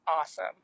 awesome